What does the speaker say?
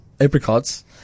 apricots